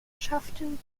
schafften